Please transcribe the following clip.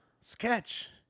Sketch